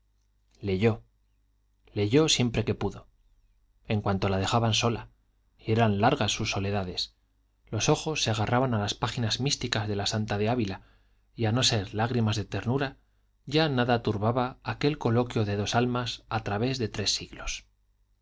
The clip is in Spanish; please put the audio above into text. leyó leyó siempre que pudo en cuanto la dejaban sola y eran largas sus soledades los ojos se agarraban a las páginas místicas de la santa de ávila y a no ser lágrimas de ternura ya nada turbaba aquel coloquio de dos almas a través de tres siglos